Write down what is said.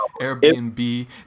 Airbnb